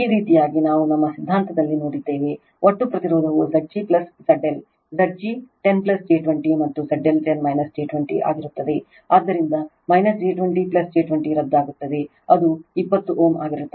ಈ ರೀತಿಯಾಗಿ ನಾವು ನಮ್ಮ ಸಿದ್ಧಾಂತದಲ್ಲಿ ನೋಡಿದ್ದೇವೆ ಒಟ್ಟು ಪ್ರತಿರೋಧವು Zg ZL Zg 10 j 20 ಮತ್ತು ZL 10 j 20 ಆಗಿರುತ್ತದೆ ಆದ್ದರಿಂದ j 20 j 20 ರದ್ದಾಗುತ್ತದೆ ಅದು 20 Ω ಆಗಿರುತ್ತದೆ